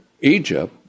Egypt